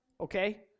okay